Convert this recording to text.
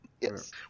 Yes